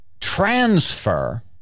transfer